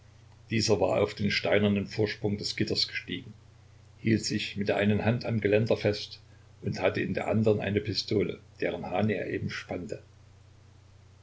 dieser war auf den steinernen vorsprung des gitters gestiegen hielt sich mit der einen hand am geländer fest und hatte in der anderen eine pistole deren hahn er eben spannte